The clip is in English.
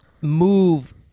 move